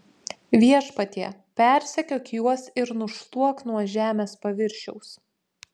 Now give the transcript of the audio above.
viešpatie persekiok juos ir nušluok nuo žemės paviršiaus